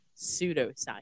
pseudoscience